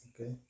Okay